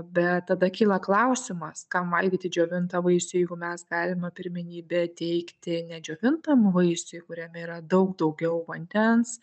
bet tada kyla klausimas kam valgyti džiovintą vaisių jeigu mes galime pirmenybę teikti nedžiovintam vaisiui kuriame yra daug daugiau vandens